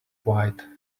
wide